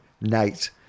Nate